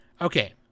Okay